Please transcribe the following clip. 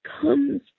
comes